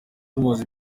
tumubaza